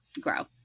grow